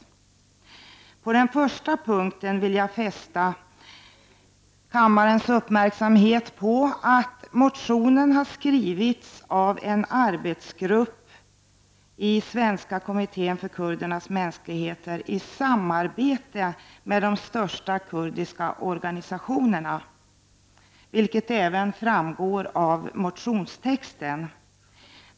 På den första punkten vill jag fästa kammarens uppmärksamhet på att motionen har skrivits av en arbetsgrupp i Svenska kommittén för kurdernas mänskliga rättigheter i samarbete med de största kurdiska organisationerna, vilket även framgår av motionstexten.